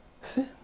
sin